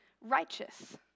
righteous